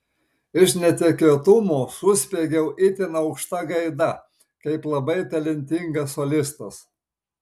iš netikėtumo suspiegiau itin aukšta gaida kaip labai talentingas solistas